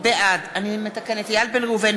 בעד ענת ברקו,